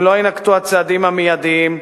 אם לא יינקטו הצעדים המיידיים,